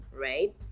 right